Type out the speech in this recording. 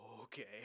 okay